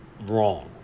wrong